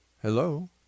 Hello